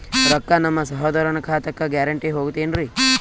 ರೊಕ್ಕ ನಮ್ಮಸಹೋದರನ ಖಾತಕ್ಕ ಗ್ಯಾರಂಟಿ ಹೊಗುತೇನ್ರಿ?